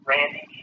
Randy